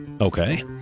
Okay